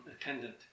attendant